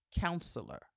Counselor